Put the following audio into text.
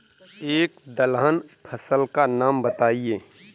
एक दलहन फसल का नाम बताइये